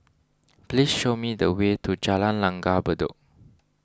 please show me the way to Jalan Langgar Bedok